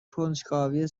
کنجکاوی